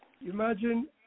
imagine